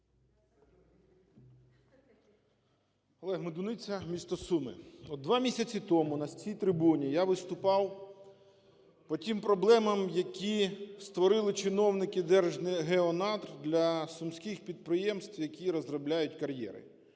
Олег Медуниця, місто Суми. Два місяці тому на цій трибуні я виступав по тим проблемам, які створили чиновники Держгеонадр для сумських підприємств, які розробляють кар'єри.